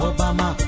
Obama